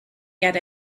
get